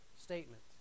statement